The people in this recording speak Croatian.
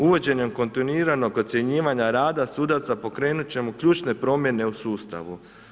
Uvođenjem kontinuiranog ocjenjivanja rada sudaca pokrenuti ćemo ključne promjene u sustavu.